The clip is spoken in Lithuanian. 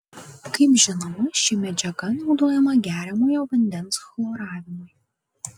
kaip žinoma ši medžiaga naudojama geriamojo vandens chloravimui